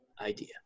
idea